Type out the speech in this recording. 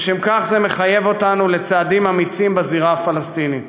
זה מחייב אותנו לצעדים אמיצים בזירה הפלסטינית.